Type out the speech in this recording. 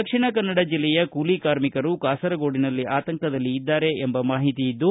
ದಕ್ಷಿಣ ಕನ್ನಡ ಜಿಲ್ಲೆಯ ಕೂಲಿ ಕಾರ್ಮಿಕರು ಕಾಸರಗೋಡಿನಲ್ಲಿ ಆತಂಕದಲ್ಲಿ ಇದ್ದಾರೆ ಎಂಬ ಮಾಹಿತಿ ಇದ್ದು